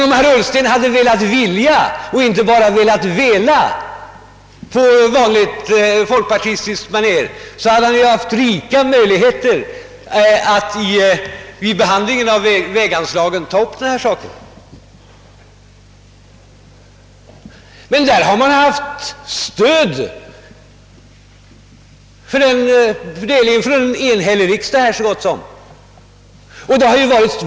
Om herr Ullsten hade velat vilja, inte bara velat vela — på vanligt folkpartistiskt manér — hade han haft rika möjligheter att ta upp frågor av detta slag vi behandlingen av väganslagen. Men den fördelning som då gjordes hade stöd av en så gott som enhällig riksdag.